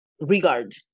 regard